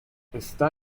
está